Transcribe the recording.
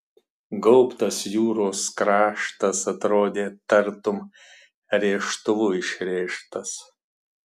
gaubtas jūros kraštas atrodė tartum rėžtuvu išrėžtas